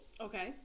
Okay